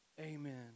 Amen